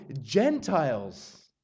Gentiles